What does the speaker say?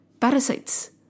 Parasites